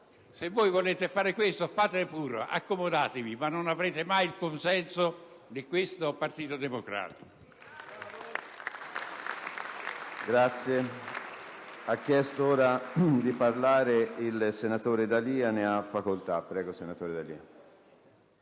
Se volete farlo fate pure, accomodatevi, ma non avrete mai il consenso di questo Partito Democratico!